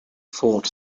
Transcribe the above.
fought